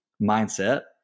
mindset